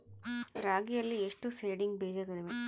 ರಾಗಿಯಲ್ಲಿ ಎಷ್ಟು ಸೇಡಿಂಗ್ ಬೇಜಗಳಿವೆ?